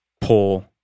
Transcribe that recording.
pull